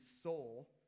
soul